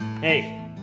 Hey